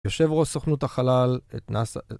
יושב ראש סוכנות החלל, את נאס״א...